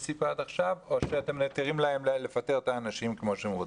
העסיקו עד עכשיו או שאתם מתירים להם לפטר אותם כפי שהם רוצים?